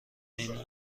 اینو